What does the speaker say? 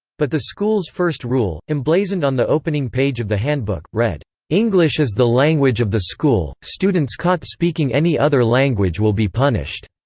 but the school's first rule, emblazoned on the opening page of the handbook, read english is the language of the school students caught speaking any other language will be punished.